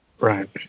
Right